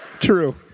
true